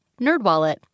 NerdWallet